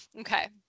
Okay